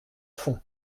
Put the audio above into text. fond